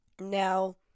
Now